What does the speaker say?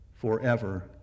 forever